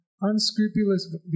unscrupulous